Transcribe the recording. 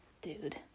Dude